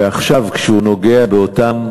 ועכשיו, כשהוא נוגע באותם